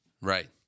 Right